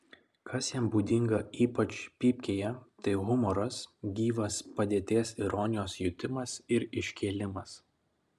kas jam būdinga ypač pypkėje tai humoras gyvas padėties ironijos jutimas ir iškėlimas